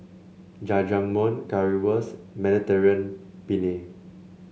Jajangmyeon Currywurst Mediterranean Penne